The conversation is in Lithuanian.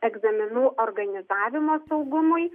egzaminų organizavimo saugumui